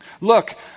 Look